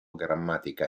grammatica